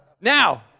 Now